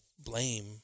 blame